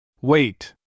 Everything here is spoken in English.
Wait